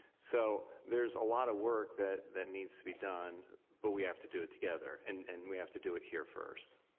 so there's a lot of work that that needs to be done. but we have to do it together. and that's and we have to do it here first.